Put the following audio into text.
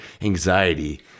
anxiety